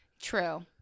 True